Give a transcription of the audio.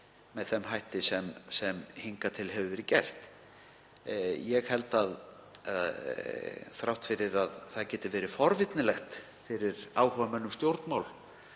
með þeim hætti sem hingað til hefur verið gert. Þrátt fyrir að það geti verið forvitnilegt fyrir áhugamenn um stjórnmál,